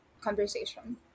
conversation